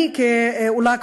אני כעולה,